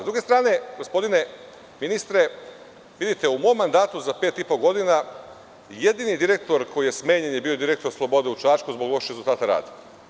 S druge strane gospodine ministre, vidite u mom mandatu za pet i po godina jedini direktor koji je smenjen je bio direktor „Slobode“ u Čačku zbog loših rezultata rada.